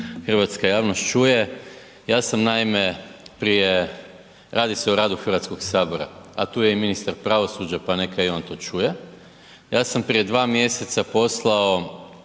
hrvatska javnost čuje. Ja sam naime prije, radi se o radu Hrvatskog sabora, a tu je i ministar pravosuđa pa neka i on to čuje. Ja sam prije 2 mjeseca poslao